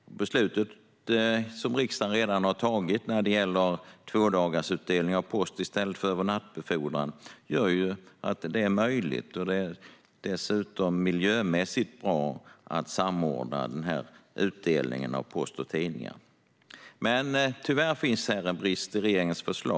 Det beslut som riksdagen redan har tagit när det gäller tvådagarsutdelning av post i stället för övernattbefordran gör att detta är möjligt. Det är dessutom miljömässigt bra att samordna utdelningen av post och tidningar. Men tyvärr finns här en brist i regeringens förslag.